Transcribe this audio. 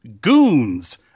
Goons